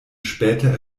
später